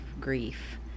grief